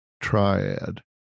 Triad